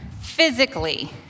physically